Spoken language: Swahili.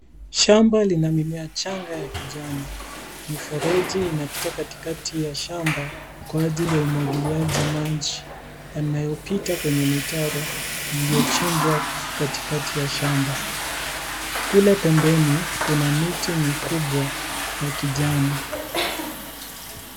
Shamba lina mimea changa ya kijani. Mifereji inapita katikati ya shamba kwa ajili ya umwagiliaji maji, yanayopita kwenye mitaro iliyochimbwa katikati ya shamba. Kule pembeni, kuna miti mikubwa ya kijani.